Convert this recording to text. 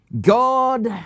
God